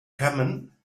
common